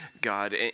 God